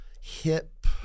hip